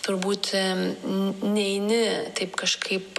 turbūt neini taip kažkaip